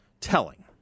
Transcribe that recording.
telling